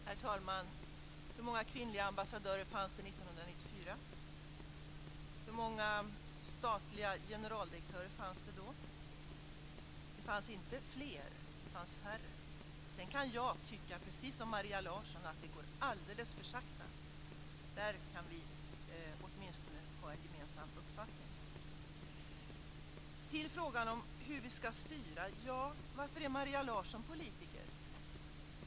Herr talman! Hur många kvinnliga ambassadörer fanns det 1994? Hur många statliga generaldirektörer fanns det då? Det fanns inte fler. Det fanns färre. Sedan kan jag tycka, precis som Maria Larsson, att det går alldeles för sakta. Där kan vi åtminstone ha en gemensam uppfattning. Så till frågan om hur vi ska styra. Ja, varför är Maria Larsson politiker?